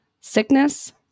sickness